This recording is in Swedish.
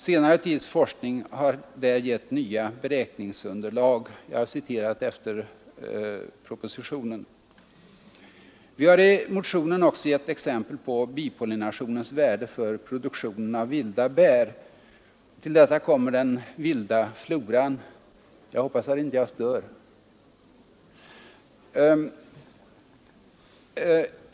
Senare tids forskning har där gett nya beräkningsunderlag.” Vi har i motionen också gett exempel på bipollinationens värde för produktionen av vilda bär. Till detta kommer den vilda floran.